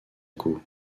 coups